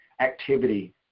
activity